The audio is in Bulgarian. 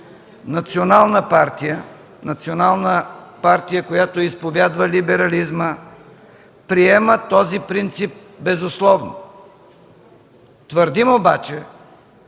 национална партия, която изповядва либерализма, приема този принцип безусловно. Твърдим обаче,